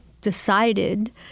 decided